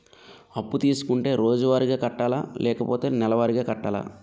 అప్పు తీసుకుంటే రోజువారిగా కట్టాలా? లేకపోతే నెలవారీగా కట్టాలా?